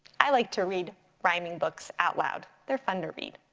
i like to read rhyming books out loud, they're fun to read.